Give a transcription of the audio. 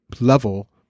level